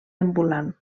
ambulant